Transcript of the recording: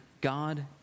God